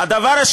עודה,